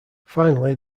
finally